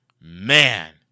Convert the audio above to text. man